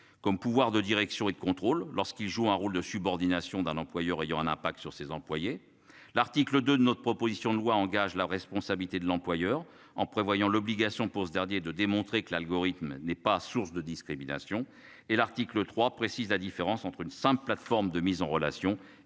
comme pouvoir de direction et de contrôle lorsqu'il joue un rôle de subordination d'un employeur ayant un impact sur ses employés. L'article de notre proposition de loi engage la responsabilité de l'employeur en prévoyant l'obligation, pour ce dernier de démontrer que l'algorithme n'est pas source de discrimination et l'article 3 précise la différence entre une simple plateforme de mise en relation